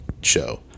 show